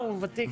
נכון.